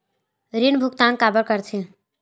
ऋण भुक्तान काबर कर थे?